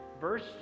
Verse